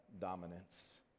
dominance